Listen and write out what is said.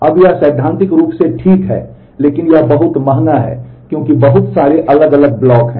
अब यह सैद्धांतिक रूप से ठीक है लेकिन यह बहुत महंगा है क्योंकि बहुत सारे अलग अलग ब्लॉक हैं